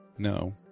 No